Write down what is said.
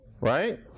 right